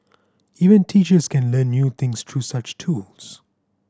even teachers can learn new things through such tools